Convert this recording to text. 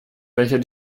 welcher